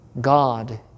God